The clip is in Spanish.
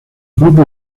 grupo